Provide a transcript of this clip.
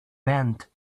bent